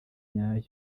nyayo